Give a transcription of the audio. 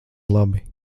labi